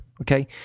Okay